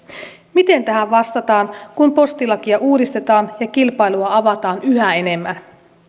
miten tähän vastataan kun postilakia uudistetaan ja kilpailua avataan yhä enemmän